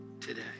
today